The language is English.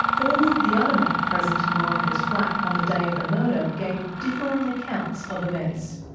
all of the other men present in boronika's flat on the day of the murder gave differing accounts of events.